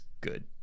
good